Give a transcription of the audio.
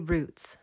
Roots